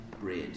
bread